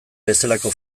bezalako